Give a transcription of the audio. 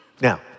Now